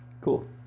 Cool